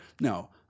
No